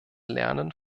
lernen